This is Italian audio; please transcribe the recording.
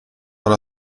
alla